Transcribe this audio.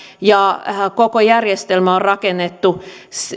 ja koko järjestelmä on rakennettu